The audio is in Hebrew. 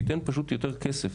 שייתן פשוט יותר כסף,